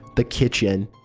the kitchen.